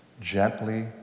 gently